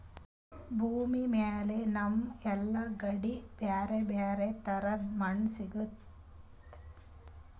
ಭೂಮಿಮ್ಯಾಲ್ ನಮ್ಗ್ ಎಲ್ಲಾ ಕಡಿ ಬ್ಯಾರೆ ಬ್ಯಾರೆ ತರದ್ ಮಣ್ಣ್ ಸಿಗ್ತದ್